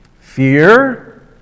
fear